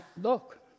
look